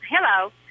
hello